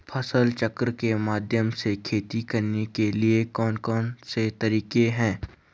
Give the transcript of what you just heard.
फसल चक्र के माध्यम से खेती करने के लिए कौन कौन से तरीके हैं?